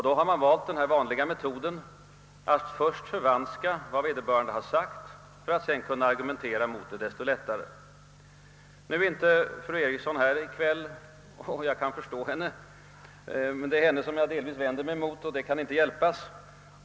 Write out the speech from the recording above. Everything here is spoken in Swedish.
Då har man valt den vanliga metoden att först förvanska vad vederbörande har sagt för att sedan kunna argumentera mot det desto lättare. Nu är inte fru Eriksson i Stockholm här i kväll. Det är mot henne jag delvis vänder mig, men det kan inte hjälpas.